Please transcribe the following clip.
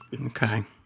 Okay